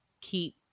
keep